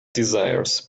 desires